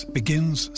begins